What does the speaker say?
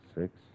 six